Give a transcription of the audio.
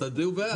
אז תצביעו בעד.